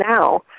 now